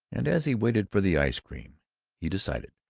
and as he waited for the ice cream he decided,